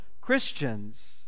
Christians